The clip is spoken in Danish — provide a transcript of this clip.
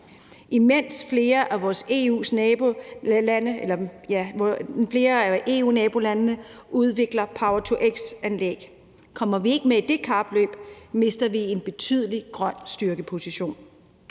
mens flere af vores EU-nabolande udvikler power-to-x-anlæg. Kommer vi ikke med i det kapløb, mister vi en betydelig grøn styrkeposition.